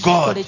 God